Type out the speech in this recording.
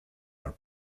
are